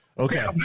Okay